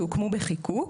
שהוקמו בחיקוק,